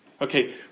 Okay